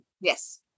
Yes